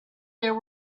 there